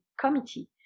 Committee